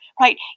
right